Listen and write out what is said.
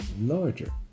larger